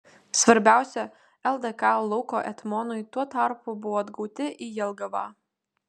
svarbiausia ldk lauko etmonui tuo tarpu buvo atgauti jelgavą